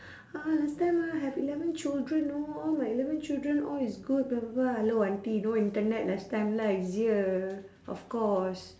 ah last time ah have eleven children know all my eleven children all is good blah blah blah hello auntie no internet last time lah easier of course